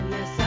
yes